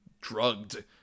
drugged